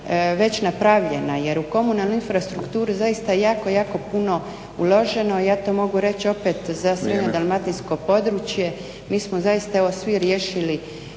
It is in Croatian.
već napravljena jer u komunalnu infrastrukturu zaista je jako puno uloženo, ja to mogu reći opet za svoje dalmatinsko područje, mi smo zaista evo svi riješili